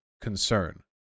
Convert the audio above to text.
concern